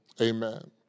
amen